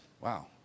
Wow